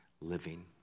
living